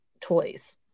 toys